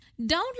Download